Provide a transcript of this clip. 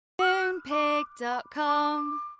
Moonpig.com